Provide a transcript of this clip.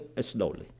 slowly